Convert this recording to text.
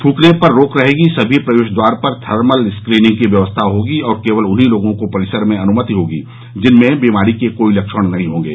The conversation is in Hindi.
थ्रकने पर रोक रहेगी समी प्रवेश द्वार पर थर्मल स्क्रीनिंग की व्यवस्था होगी और केवल उन्हीं लोगों को परिसर में अनुमति होगी जिनमें बिमारी के कोई लक्षण नहीं होंगे